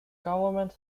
government